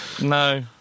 No